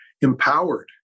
empowered